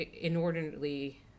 inordinately